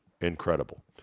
incredible